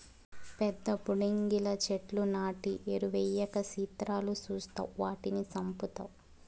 పెద్ద పుడింగిలా చెట్లు నాటి ఎరువెయ్యక సిత్రాలు సూస్తావ్ వాటిని సంపుతావ్